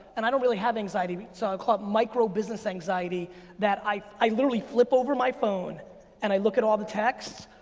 and i don't really have anxiety, so i call it micro business anxiety that i i literally flip over my phone and i look at all the texts,